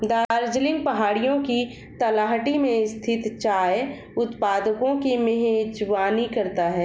दार्जिलिंग पहाड़ियों की तलहटी में स्थित चाय उत्पादकों की मेजबानी करता है